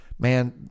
Man